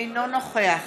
אינו נוכח